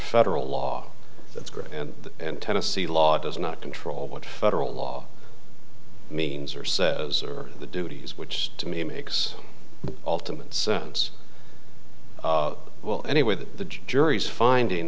federal law that's great and tennessee law does not control what federal law means or says are the duties which to me makes ultimate sense well anyway the jury's finding